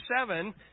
seven